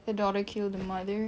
the daughter kill the mother